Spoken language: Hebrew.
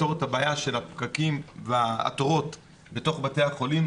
שיפתור את הבעיה של התורים בתוך בתי החולים,